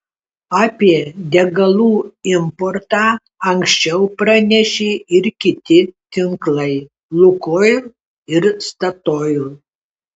apie degalų importą anksčiau pranešė ir kiti tinklai lukoil ir statoil